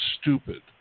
stupid